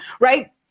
Right